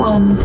One